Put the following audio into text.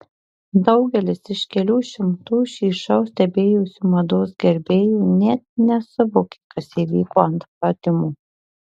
daugelis iš kelių šimtų šį šou stebėjusių mados gerbėjų net nesuvokė kas įvyko ant podiumo